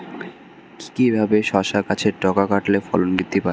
কিভাবে শসা গাছের ডগা কাটলে ফলন বৃদ্ধি পায়?